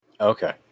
Okay